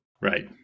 right